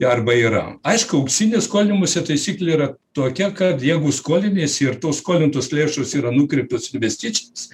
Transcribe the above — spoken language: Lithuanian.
arba yra aišku auksinė skolinimosi taisyklė yra tokia kad jeigu skoliniesi ir tos skolintos lėšos yra nukreiptos į investicijas